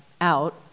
out